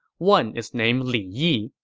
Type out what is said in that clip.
one is named li yi,